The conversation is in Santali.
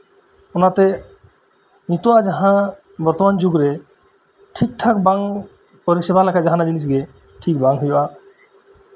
ᱚᱱᱟᱛᱮ ᱱᱤᱛᱚᱜ ᱟᱜ ᱡᱟᱦᱟᱸ ᱵᱚᱨᱛᱚᱢᱟᱱ ᱡᱩᱜᱽᱨᱮ ᱴᱷᱤᱠ ᱴᱷᱟᱠ ᱵᱟᱝ ᱯᱚᱨᱤᱪᱟᱞᱚᱱᱟ ᱞᱮᱠᱷᱟᱱ ᱡᱟᱦᱟᱱᱟᱜ ᱡᱤᱱᱤᱥ ᱜᱮ ᱴᱷᱤᱠ ᱵᱟᱝ ᱦᱳᱭᱳᱜᱼᱟ